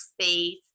space